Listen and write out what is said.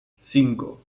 cinco